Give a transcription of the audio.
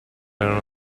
erano